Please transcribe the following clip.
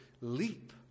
leap